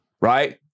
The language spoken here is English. Right